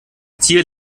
tier